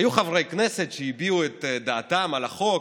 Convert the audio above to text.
היו חברי כנסת שהביעו את דעותיהם על החוק,